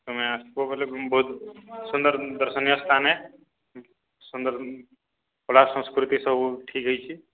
ତମେ ଆସ୍ବ ବଏଲେ ବହୁତ୍ ସୁନ୍ଦର୍ ଦର୍ଶନୀୟ ସ୍ଥାନ୍ ଏ ସୁନ୍ଦର୍ କଳା ସଂସ୍କୃତି ସବୁ ଠିକ୍ ହେଇଛେ